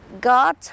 God